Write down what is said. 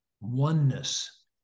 oneness